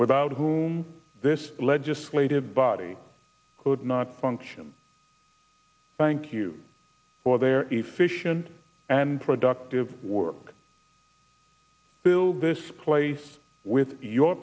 without whom this legislative body could not function thank you for their efficient and productive work build this place with your